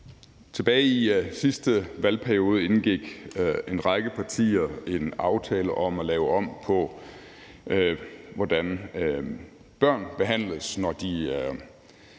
Tilbage i sidste valgperiode indgik en række partier en aftale om at lave om på, hvordan børn behandles, når de er